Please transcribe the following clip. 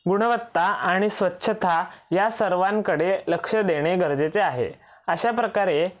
गुणवत्ता आणि स्वच्छता या सर्वांकडे लक्ष देणे गरजेचे आहे अशाप्रकारे